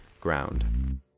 Ground